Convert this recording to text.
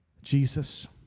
Jesus